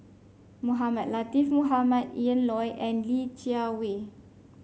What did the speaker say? Mohamed Latiff Mohamed Ian Loy and Li Jiawei